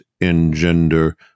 engender